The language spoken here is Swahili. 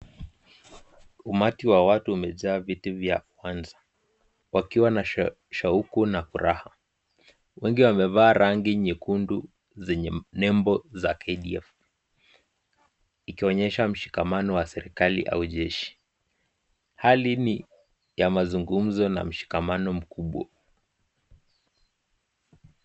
Umati wa watu umejaa viti vya uwanja, wakiwa na shauku na furaha. Wengi wamevaa rangi nyekundu zenye nembo za KDF, ikionyesha mshikamano wa serikali au jeshi. Hali ni ya mazungumzo na mshikamano mkubwa.